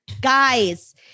Guys